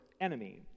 enemy